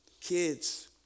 Kids